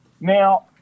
Now